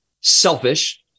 selfish